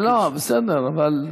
בסדר, אבל,